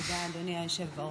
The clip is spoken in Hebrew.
תודה, אדוני היושב-ראש.